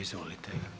Izvolite.